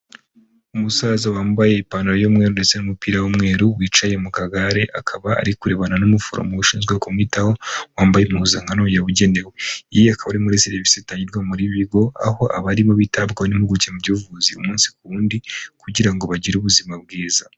Umusaza wambaye ipantaro y'umweru ndetse n'umupira w'umweru wicaye mu kagare, akaba ari kurebana n'umuforomo ushinzwe kumwitaho wambaye impuzankano yabugenewe. Iyi akaba ari imwe muri serivisi zitangirwa muri ibi bigo, aho abarimo bitabwaho n'impuguke mu by'ubuvuzi umunsi ku wundi kugira ngo bagire ubuzima bwiza.